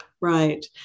Right